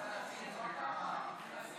תעתיקו את ההצעה ותגישו